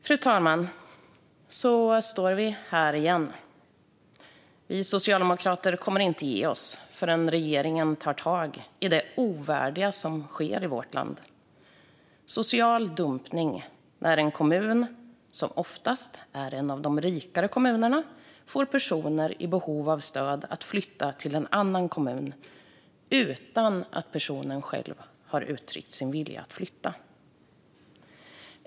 Fru talman! Så står vi här igen. Vi socialdemokrater kommer inte att ge oss förrän regeringen tar tag i det ovärdiga som sker i vårt land. Social dumpning är när en kommun, som oftast är en av de rikare kommunerna, får personer i behov av stöd att flytta till en annan kommun utan att personen själv har uttryckt sin vilja att flytta.